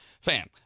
fan